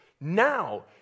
Now